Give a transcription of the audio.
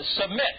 Submit